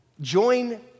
join